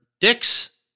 dicks